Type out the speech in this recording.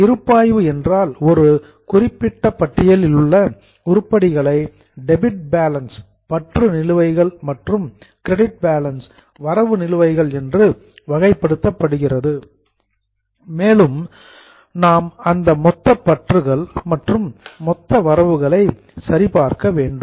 இருப்பாய்வு என்றால் ஒரு குறிப்பிட்ட பட்டியலிலுள்ள உருப்படிகளை டெபிட் பேலன்ஸ் பற்று நிலுவைகள் மற்றும் கிரெடிட் பேலன்ஸ் வரவு நிலுவைகள் என்று வகைப்படுத்தப்படுகிறது மேலும் நாம் அந்த மொத்த பற்றுகள் மற்றும் மொத்த வரவுகளை சரிபார்க்க வேண்டும்